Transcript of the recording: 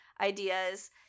ideas